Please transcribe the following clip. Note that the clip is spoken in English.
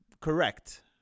correct